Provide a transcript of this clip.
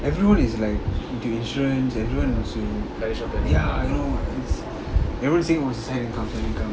everyone is like do insurance everyone is uh ya I know it's everyone's saying what's your side income side income